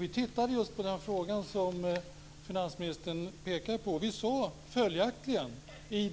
Vi tittade just på den fråga som finansministern pekar på. Vi sade följaktligen i